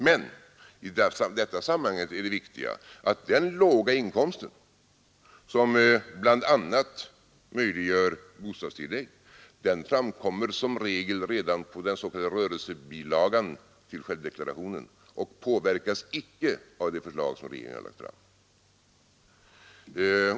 Men i detta sammanhang är det viktiga att denna låga inkomst, som bl.a. möjliggör bostadstillägg, som regel framkommer redan på den s.k. rörelsebilagan till självdeklarationen och icke påverkas av det förslag som regeringen lagt fram.